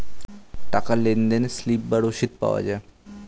টাকার লেনদেনে স্লিপ বা রসিদ পাওয়া যায়